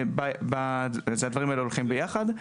הדברים האלה הולכים ביחד.